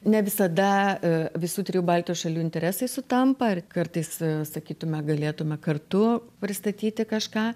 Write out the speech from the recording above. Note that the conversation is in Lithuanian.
ne visada visų trijų baltijos šalių interesai sutampa ir kartais sakytume galėtume kartu pristatyti kažką